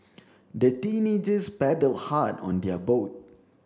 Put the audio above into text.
the teenagers paddled hard on their boat